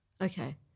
Okay